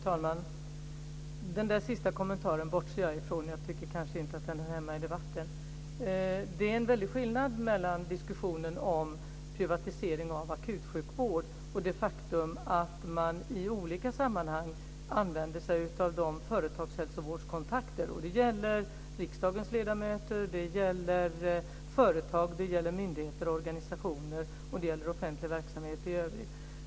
Fru talman! Den sista kommentaren bortser jag från. Jag tycker inte att den hör hemma i debatten. Det är en väldig skillnad mellan diskussionen om privatisering av akutsjukvård och det faktum att man i olika sammanhang använder sig av företagshälsovårdskontakter. Det gäller riksdagens ledamöter, företag, myndigheter, organisationer och offentlig verksamhet i övrigt.